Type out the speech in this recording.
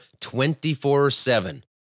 24-7